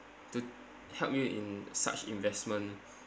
to help you in such investment